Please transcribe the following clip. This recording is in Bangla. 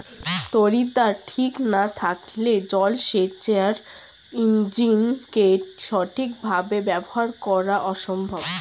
তড়িৎদ্বার ঠিক না থাকলে জল সেচের ইণ্জিনকে সঠিক ভাবে ব্যবহার করা অসম্ভব